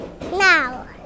Now